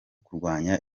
kurwanya